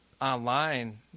online